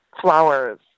flowers